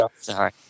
Sorry